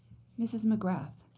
ms. mcgrath.